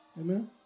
Amen